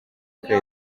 que